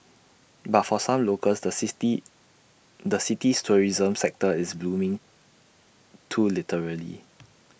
but for some locals the sixty the city's tourism sector is blooming too literally